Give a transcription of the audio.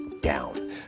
down